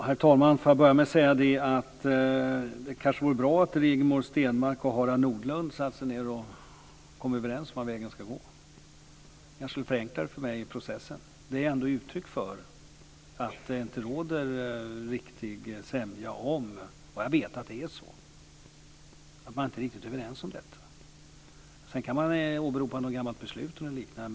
Herr talman! Det kanske vore bra om Rigmor Stenmark och Harald Nordlund satte sig ned och kom överens om var vägen ska gå. Det skulle förenkla processen för mig. Detta ger ändå uttryck för att det inte råder riktig sämja. Jag vet att man inte är riktigt överens. Sedan kan man åberopa något gammalt beslut eller liknande.